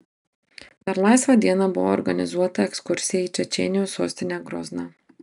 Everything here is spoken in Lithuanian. per laisvą dieną buvo organizuota ekskursija į čečėnijos sostinę grozną